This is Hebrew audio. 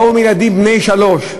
באו עם ילדים בני שלוש,